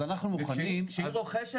אם יש למישהו חידוש,